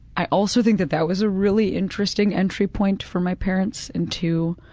i also think that that was a really interesting entry point for my parents into